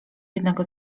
jednego